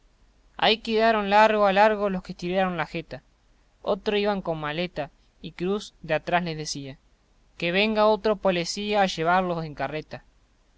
ahí quedaron largo a largo los que estiaron la jeta otro iba como maleta y cruz de atrás les decía que venga otra polecía a llevarlos en carreta